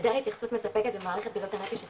בהיעדר התייחסות מספקת במערכת בריאות הנפש הציבורית,